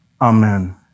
Amen